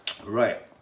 Right